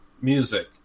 music